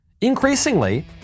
Increasingly